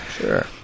Sure